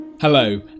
Hello